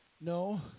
No